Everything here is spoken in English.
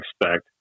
expect